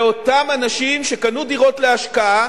לאותם אנשים שקנו דירות להשקעה